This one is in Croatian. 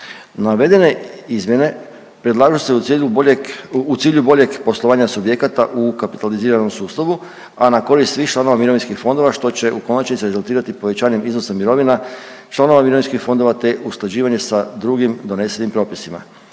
Navedene izmjene predlažu se u cilju bolje, u cilju boljeg poslovanja subjekata u kapitaliziranom sustavu, a na korist svih članova mirovinskih fondova što će u konačnici rezultirati povećanjem iznosa mirovina članova mirovinskih fondova te usklađivanje sa drugim donesenim propisima.